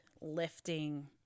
lifting